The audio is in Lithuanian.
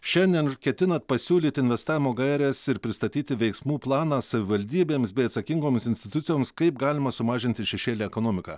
šiandien ketinat pasiūlyt investavimo gaires ir pristatyti veiksmų planą savivaldybėms bei atsakingoms institucijoms kaip galima sumažinti šešėlinę ekonomiką